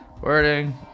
wording